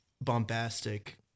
bombastic